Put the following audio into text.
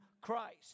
Christ